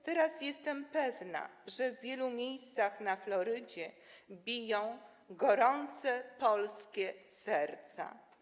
Teraz jestem pewna, że w wielu miejscach na Florydzie biją gorące polskie serca.